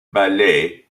ballet